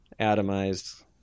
atomized